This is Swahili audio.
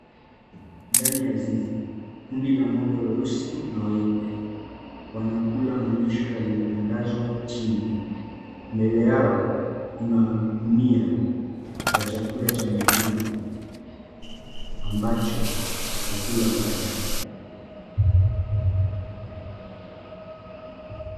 Ndani ya zizi, kundi la ng'ombe weusi na weupe wanakula malisho yaliyotandazwa chini. Mbele yao, Kuna gunia ya chakula cha mifugo ambacho watakula badae.